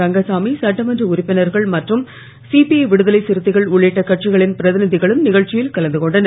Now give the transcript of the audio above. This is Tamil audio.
ரங்கசாமி சட்டமன்ற உறுப்பினர்கள் மற்றும் சிபிஐ விடுதலை சிறுத்தைகள் உள்ளிட்ட கட்சிகளின் பிரதிநிதிகளும் நிகழ்ச்சியில் கலந்துகொண்டனர்